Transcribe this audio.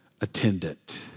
attendant